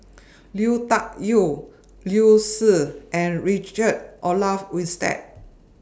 Lui Tuck Yew Liu Si and Richard Olaf Winstedt